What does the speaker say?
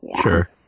sure